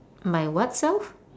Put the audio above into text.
my what self